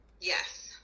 Yes